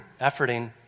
efforting